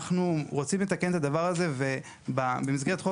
אנחנו רוצים לתקן את הדבר הזה ובמסגרת חוק